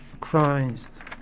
Christ